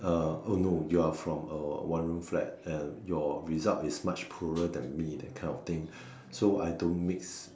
uh oh no you are from a one room flat and your result is much poorer than me that kind of thing so I don't mix